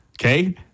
okay